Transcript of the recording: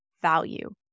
value